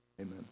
amen